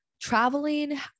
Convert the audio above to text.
Traveling